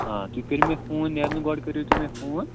آ تُہۍ کٔرِو مےٚ فون نیرٕنہٕ گۄڈٕ کٔرِو تُہۍ مےٚ فون